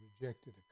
rejected